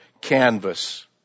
canvas